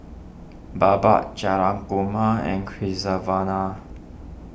Baba Jayakumar and Crinivasa